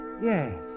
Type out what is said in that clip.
Yes